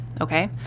okay